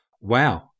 wow